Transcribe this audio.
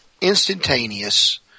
instantaneous